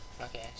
Okay